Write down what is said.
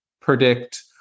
predict